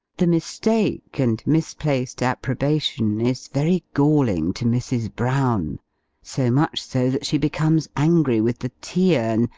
the mistake and misplaced approbation is very galling to mrs. brown so much so that she becomes angry with the tea-urn,